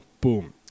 boom